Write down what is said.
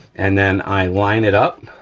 and then i line it up,